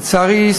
לצערי,